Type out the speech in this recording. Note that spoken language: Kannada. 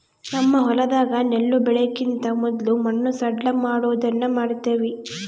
ನಮ್ಮ ಹೊಲದಾಗ ನೆಲ್ಲು ಬೆಳೆಕಿಂತ ಮೊದ್ಲು ಮಣ್ಣು ಸಡ್ಲಮಾಡೊದನ್ನ ಮಾಡ್ತವಿ